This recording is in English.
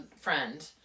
friend